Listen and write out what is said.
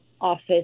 office